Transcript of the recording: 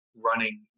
running